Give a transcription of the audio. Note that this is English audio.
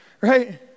right